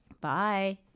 bye